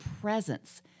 presence